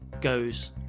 goes